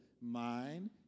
mind